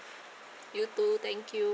you too thank you